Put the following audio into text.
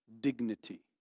dignity